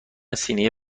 سینه